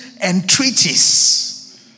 entreaties